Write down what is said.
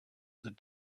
that